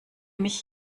mich